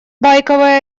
байковое